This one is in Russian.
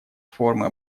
формы